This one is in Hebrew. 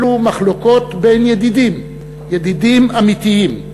אלו מחלוקות בין ידידים, ידידים אמיתיים,